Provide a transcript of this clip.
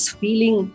feeling